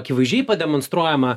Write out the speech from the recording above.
akivaizdžiai pademonstruojama